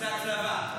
תעשה הצלבה.